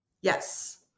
Yes